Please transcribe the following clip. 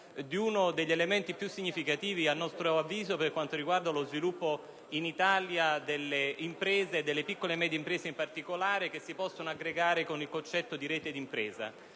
di uno degli elementi più significativi, a nostro avviso, per quanto riguarda lo sviluppo in Italia delle imprese, in particolare di quelle piccole e medie, che si possono aggregare secondo il concetto di rete d'impresa.